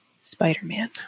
Spider-Man